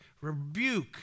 rebuke